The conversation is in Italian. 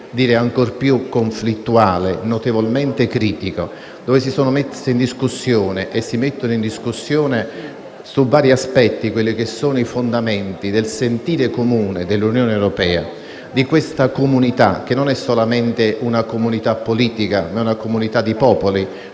direi ancor più conflittuale e notevolmente critico, dove si sono messi e si mettono in discussione, sotto vari aspetti, i fondamenti del sentire comune dell'Unione europea, di questa che non è solamente una comunità politica, ma una comunità di popoli,